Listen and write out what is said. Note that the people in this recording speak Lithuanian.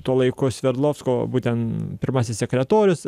tuo laiku svedlovsko būtent pirmasis sekretorius